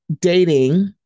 dating